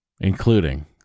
including